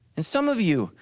and some of you,